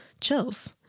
chills